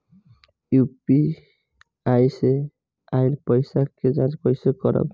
UPI से आइल पईसा के जाँच कइसे करब?